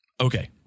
Okay